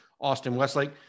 Austin-Westlake